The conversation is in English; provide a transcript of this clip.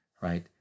right